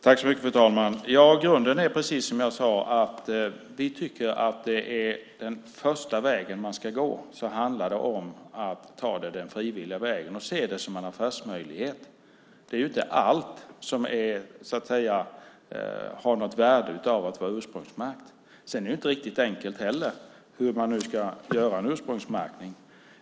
Fru talman! Grunden är precis som jag sade att vi tycker att den första vägen man ska gå är den frivilliga. Man ska se det som en affärsmöjlighet. Allt har inte ett värde av att vara ursprungsmärkt. Det är inte heller helt enkelt hur man ska göra en ursprungsmärkning.